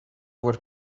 were